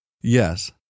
Yes